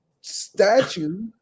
statue